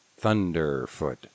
Thunderfoot